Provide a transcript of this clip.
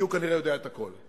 כי הוא כנראה יודע את הכול,